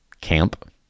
camp